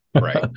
Right